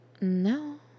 No